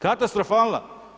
Katastrofalna.